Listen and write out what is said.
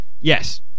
yes